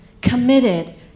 committed